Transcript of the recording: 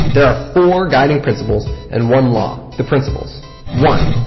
there are four guiding principles and one law. the principles one,